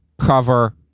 cover